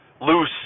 loose